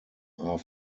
are